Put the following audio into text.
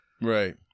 Right